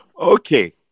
Okay